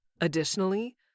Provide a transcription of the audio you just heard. Additionally